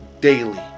daily